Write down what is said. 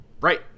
Right